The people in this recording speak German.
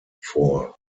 vor